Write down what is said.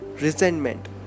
resentment